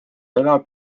elab